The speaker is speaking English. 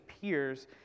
peers